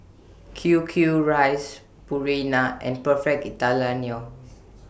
Q Q Rice Purina and Perfect Italiano